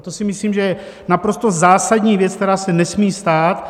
To si myslím, že je naprosto zásadní věc, která se nesmí stát.